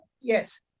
Yes